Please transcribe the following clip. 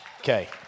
Okay